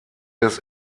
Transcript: des